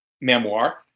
memoir